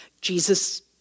Jesus